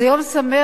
זה יום שמח,